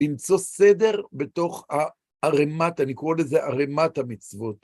למצוא סדר בתוך ה... ערמת... אני קורא לזה ערמת המצוות.